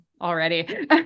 already